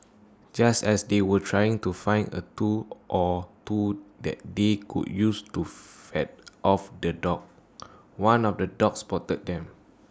just as they were trying to find A tool or two that they could use to fend off the dog one of the dogs spotted them